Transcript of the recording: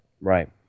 Right